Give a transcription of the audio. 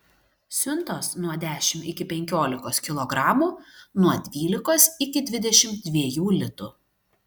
siuntos nuo dešimt iki penkiolikos kilogramų nuo dvylikos iki dvidešimt dviejų litų